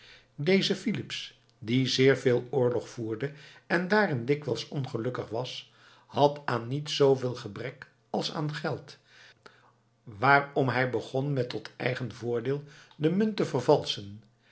deze filips die zeer veel oorlog voerde en daarin dikwijls ongelukkig was had aan niets zooveel gebrek als aan geld waarom hij begon met tot eigen voordeel de munt